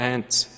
Ants